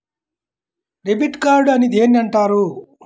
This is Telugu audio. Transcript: డెబిట్ కార్డు అని దేనిని అంటారు?